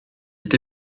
est